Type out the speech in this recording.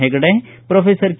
Hegde professor K